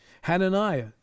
Hananiah